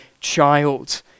child